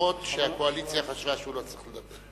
אף-על-פי שהקואליציה חשבה שהוא לא צריך לדבר.